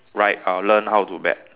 write uh learn how to bet